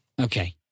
Okay